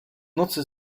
nocy